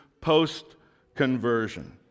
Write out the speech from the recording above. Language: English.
post-conversion